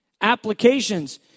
applications